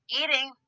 eating